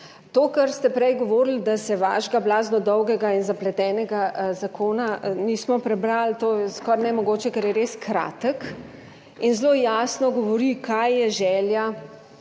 to, kar ste prej govorili, da se vašega blazno dolgega in zapletenega zakona nismo prebrali, to je skoraj nemogoče, ker je res kratek in zelo jasno govori, kaj je želja